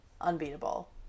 unbeatable